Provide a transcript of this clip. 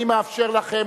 אני מאפשר לכם,